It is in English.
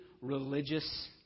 religious